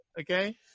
okay